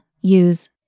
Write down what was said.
use